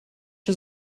der